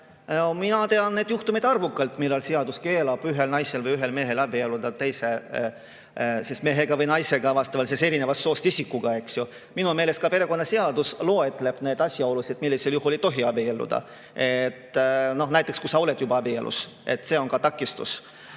Mina tean neid juhtumeid arvukalt, millal seadus keelab ühel naisel või ühel mehel abielluda teise mehega või naisega, vastavalt eri soost isikuga, eks ju. Minu meelest ka perekonnaseadus loetleb asjaolusid, millisel juhul ei tohi abielluda. Näiteks, kui sa oled juba abielus, siis see on takistus.